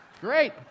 Great